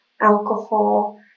alcohol